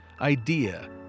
idea